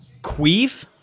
Queef